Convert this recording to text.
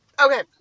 Okay